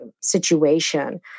situation